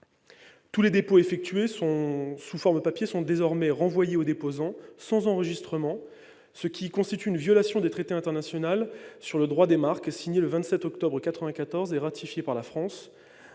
Tous les dépôts effectués sous forme papier sont désormais renvoyés aux déposants, sans enregistrement, ce qui constitue une violation du traité international sur le droit des marques signé le 27 octobre 1994 et ratifié par la France,